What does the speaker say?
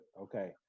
okay